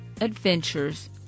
adventures